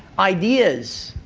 ideas.